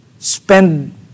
Spend